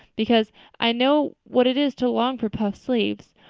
because i know what it is to long for puffed sleeves.